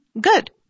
good